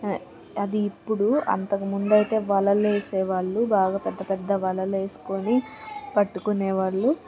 అది ఇప్పుడు అంతకు ముందు అయితే వలలు వేసేవాళ్ళు బాగా పెద్దపెద్ద వలలు వేసుకుని పట్టుకునేవాళ్ళు